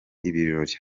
ibirori